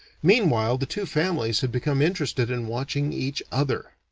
meanwhile the two families had become interested in watching each other.